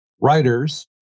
writers